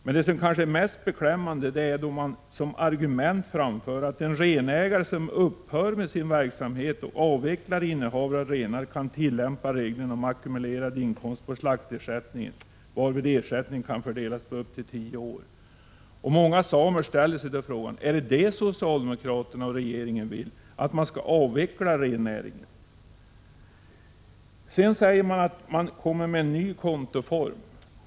Men det som kanske är mest beklämmande är att man som argument framför att en renägare som upphör med sin verksamhet och avvecklar innehavet av renar kan tillämpa regeln om ackumulerad inkomst på slaktersättningen, varvid ersättningen kan fördelas på upp till tio år. Många samer ställer sig nu frågan: Är det detta socialdemokraterna och regeringen vill — att man skall avveckla rennäringen? Vidare sägs det att detta är en ny kontoform.